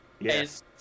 Yes